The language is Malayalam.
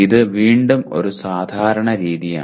ഇത് വീണ്ടും ഒരു സാധാരണ രീതിയാണ്